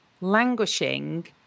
languishing